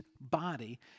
body